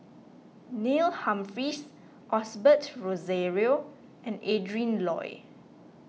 Neil Humphreys Osbert Rozario and Adrin Loi